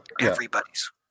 Everybody's